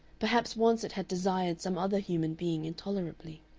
perhaps once it had desired some other human being intolerably.